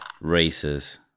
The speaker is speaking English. races